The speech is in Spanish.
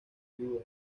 viuda